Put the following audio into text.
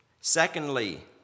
Secondly